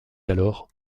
alors